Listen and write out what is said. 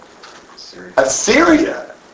Assyria